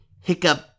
Hiccup